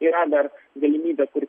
yra dar galimybės ir